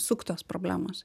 suktos problemos